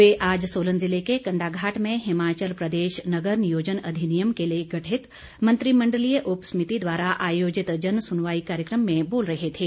वे आज सोलन जिले के कंडाघाट में हिमाचल प्रदेश नगर नियोजन अधिनियम के लिए गठित मंत्रिमण्डलीय उप समिति द्वारा आयोजित जनसुनवाई कार्यक्रम में बोल रहे थे